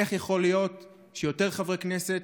איך יכול להיות שיותר חברי כנסת